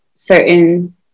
certain